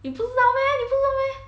你不知道 meh 你不知道 meh